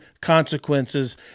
consequences